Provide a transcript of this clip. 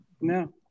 no